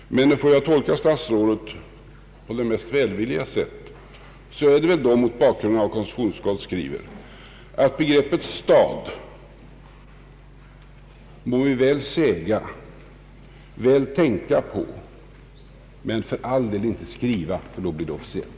Men får jag tolka statsrådet på det mest välvilliga sättet så är det så, mot bakgrunden av vad konstitutionsutskottet skriver, att begreppet stad må vi väl säga, väl tänka på men för all del inte skriva, ty då blir det officiellt.